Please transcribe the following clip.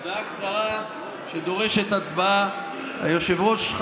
הודעה קצרה שדורשת הצבעה: היושב-ראש,